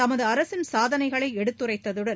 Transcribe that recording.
தமது அரசின் சாதனைகளை எடுத்துரைத்ததுடன்